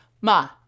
Ma